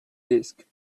disk